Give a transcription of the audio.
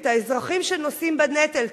את האזרחים שנושאים בנטל,